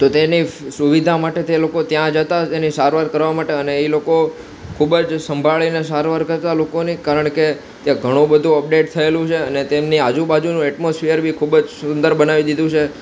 તો તેની સુવિધા માટે તે લોકો ત્યાં જતાં એની સારવાર કરવા માટે અને એ લોકો ખૂબ જ સંભાળીને સારવાર કરતાં લોકોની કારણ કે તે ઘણું બધું અપડેટ થએલું છે અને તેમની આજુબાજુનું એટમોસ્ફિયર બી ખૂબ જ સુંદર બનાવી દીધું છે